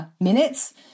minutes